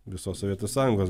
visos sovietų sąjungos